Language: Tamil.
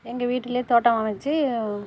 எங்கள் வீட்லேயே தோட்டம் அமைத்து